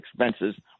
expenses